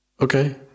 Okay